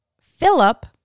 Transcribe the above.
Philip